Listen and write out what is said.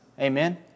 Amen